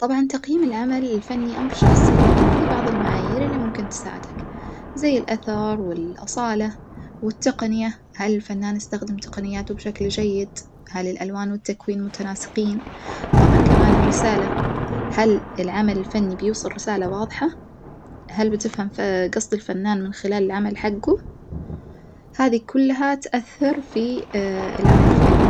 طبعًا تقييم العمل الفني أمر شخصي لكن في بعظ المعايير اللي ممكن تساعدك، زي الأثر والأصالة والتقنية هل الفنان استخدم تقنياته بشكل جيد؟ هل الألوان والتكوين متناسقين؟ طبعًا كمان الرسالة هل العمل الفني بيوصل رسالة واضحة؟ هل بتفهم جصد الفنان من خلال العمل حجه؟ هذي كلها تاثر في العمل الفني.